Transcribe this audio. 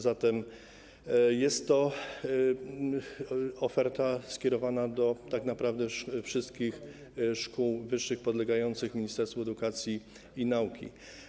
Zatem jest to oferta skierowana tak naprawdę do wszystkich szkół wyższych podlegających Ministerstwu Edukacji i Nauki.